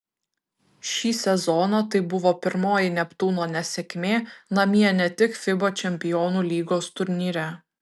šį sezoną tai buvo pirmoji neptūno nesėkmė namie ne tik fiba čempionų lygos turnyre